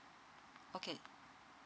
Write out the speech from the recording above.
okay